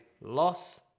loss